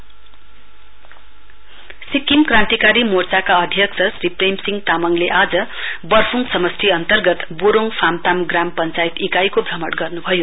SKM Sikkim क्रान्तिकारी मोर्चाका अध्यक्ष श्री प्रेमसिहं तामाङले हिजो वर्फुङ समस्टि अन्तर्गत बोरोङ फाम्ताम ग्राम पञ्चयात इकाईको भ्रमण गर्नुभयो